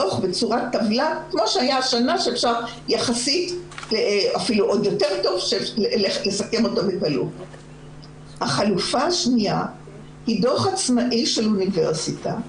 2. חלופה שנייה היא דוח עצמאי של אוניברסיטה,